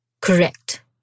correct